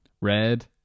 red